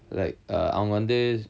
like uh அவங்க வந்து:avanga vanthu